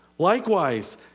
Likewise